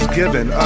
given